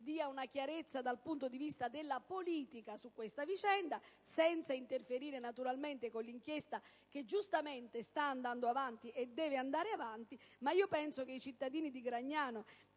faccia chiarezza dal punto di vista della politica su questa vicenda, senza interferire, naturalmente, con l'inchiesta che giustamente sta andando avanti e deve andare avanti. Penso però che i cittadini di Gragnano